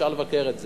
אפשר לבקר את זה,